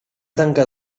tanca